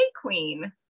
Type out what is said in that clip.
queen